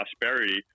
prosperity